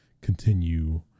continue